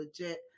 legit